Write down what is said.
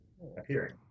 appearing